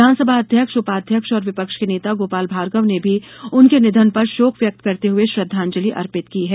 विधानसभा अध्यक्ष उपाध्यक्ष और विपक्ष के नेता गोपाल भार्गव ने भी उनके निधन पर शोक व्यक्त करते हए श्रद्धांजलि अर्पित की है